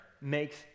makes